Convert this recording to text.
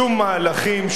שום מהלכים,